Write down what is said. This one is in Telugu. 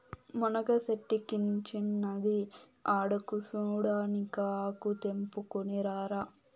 మునగ సెట్టిక్కించినది ఆడకూసోడానికా ఆకు తెంపుకుని రారా